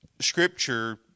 scripture